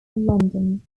london